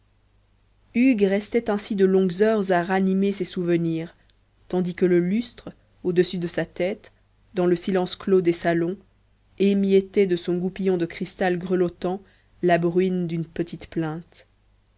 hugues restait ainsi de longues heures à ranimer ses souvenirs tandis que le lustre au-dessus de sa tête dans le silence clos des salons émiettait de son goupillon de cristal grelottant la bruine d'une petite plainte